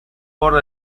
por